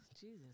Jesus